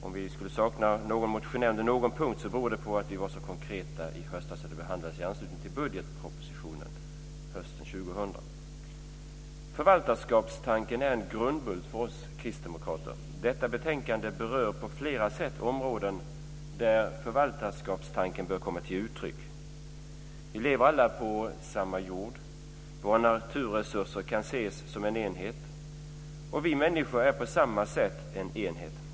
Om vi skulle saknas som motionär under någon punkt beror det på att vi var så konkreta när motionerna behandlades i anslutning till budgetpropositionen hösten 2000. Förvaltarskapstanken är en grundbult för oss kristdemokrater. Detta betänkande berör på flera sätt områden där förvaltarskapstanken bör komma till uttryck. Vi lever alla på samma jord. Våra naturresurser kan ses som en enhet. Vi människor är på samma sätt en enhet.